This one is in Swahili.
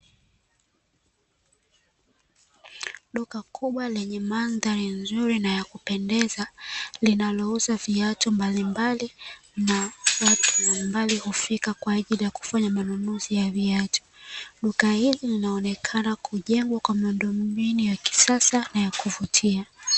Duka kubwa lenye mandhari nzuri na ya kupendeza, linalo uza viatu mbali mbali na watu hufika kwa ajili ya kufanya manunuzi ya viatu. Duka hili linaonekana kujengwa kwa miundo mbinu ya kisasa na ya kuvutia .